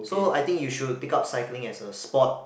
so I think you should pick up cycling as a sport